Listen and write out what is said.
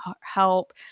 help